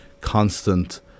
constant